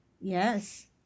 Yes